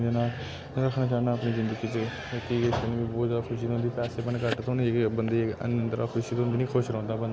रक्खना चाह्ना अपनी जिंदगी च मी ऐह्दे च बोह्त जैदा खुशी थोह्ंदी पैसे भला घट थोह्न पर अंदरा जेह्ड़ी खुशी थोह्ंदी निं ते खुश रौंह्दा बंदा